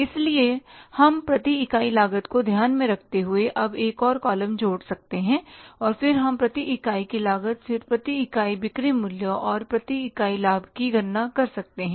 इसलिए हम प्रति इकाई लागत को ध्यान में रखते हुए अब एक और कॉलम जोड़ सकते हैं और फिर हम प्रति इकाई की लागत फिर प्रति इकाई बिक्री मूल्य और प्रति इकाई लाभ की गणना कर सकते हैं